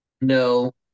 No